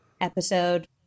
episode